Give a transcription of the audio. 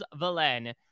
Valen